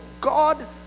God